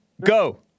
go